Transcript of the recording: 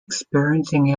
experiencing